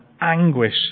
anguish